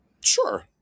Sure